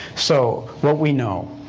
so what we know.